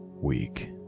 week